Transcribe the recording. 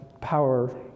power